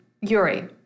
Yuri